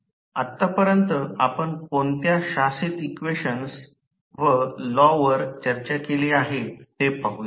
आतापर्यंत आपण कोणत्या शासित इक्वेशन्स व लॉांवर चर्चा केली आहे ते पाहूया